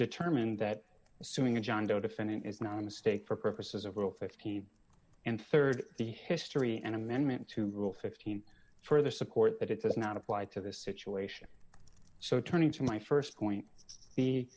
determined that assuming a john doe defendant is not a mistake for purposes of all fifteen and rd the history an amendment to rule fifteen further support that it does not apply to this situation so turning to my st point